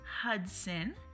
Hudson